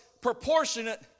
proportionate